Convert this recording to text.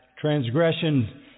transgression